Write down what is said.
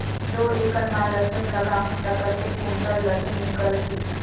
दो एकड़ मां लसुन लगाहूं ता कतेक कुंटल लसुन निकल ही?